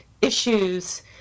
issues